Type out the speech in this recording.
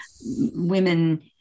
women